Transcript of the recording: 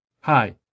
Hi